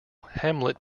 hamlet